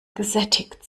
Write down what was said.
gesättigt